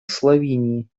словении